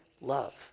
love